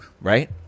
right